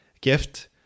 gift